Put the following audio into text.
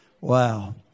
Wow